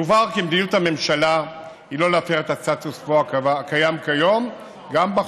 יובהר כי מדיניות הממשלה היא לא להפר את הסטטוס קוו הקיים כיום גם בחוק.